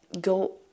go